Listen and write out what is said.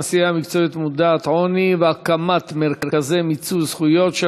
עשייה מקצועית מודעת עוני והקמת מרכזי מיצוי זכויות),